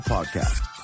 Podcast